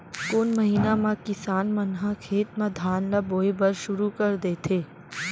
कोन महीना मा किसान मन ह खेत म धान ला बोये बर शुरू कर देथे?